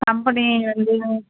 company வந்து